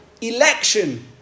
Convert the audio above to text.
Election